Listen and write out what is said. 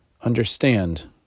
understand